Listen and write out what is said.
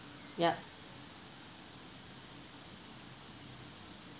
yup